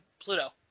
Pluto